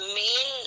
main